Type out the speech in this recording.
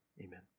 amen